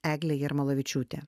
eglė jarmolavičiūtė